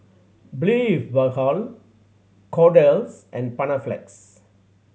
Blephagel Kordel's and Panaflex